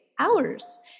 hours